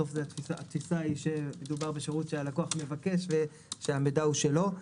התפישה היא שמדובר בשירות שהלקוח מבקש ושהמידע הוא שלו.